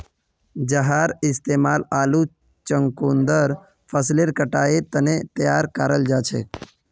जहार इस्तेमाल आलू चुकंदर फसलेर कटाईर तने तैयार कराल जाछेक